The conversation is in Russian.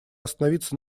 остановиться